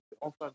enfin